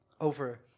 over